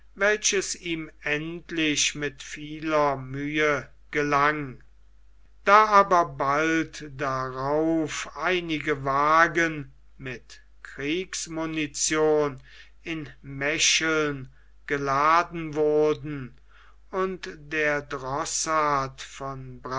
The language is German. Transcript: welches ihm endlich mit vieler mühe gelang da aber bald darauf einige wagen mit kriegsmunition in mecheln geladen wurden und der drossaard von